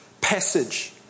passage